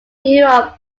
europe